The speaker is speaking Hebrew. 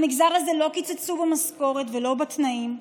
למגזר הזה לא קיצצו במשכורת ולא בתנאים,